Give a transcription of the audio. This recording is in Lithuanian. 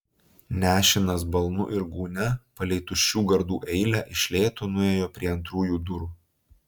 nešinas balnu ir gūnia palei tuščių gardų eilę iš lėto nuėjo prie antrųjų durų